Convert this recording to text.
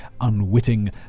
unwitting